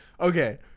okay